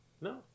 No